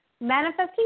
Manifesting